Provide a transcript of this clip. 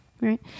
Right